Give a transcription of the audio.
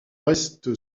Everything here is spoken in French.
reste